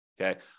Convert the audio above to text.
Okay